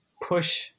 push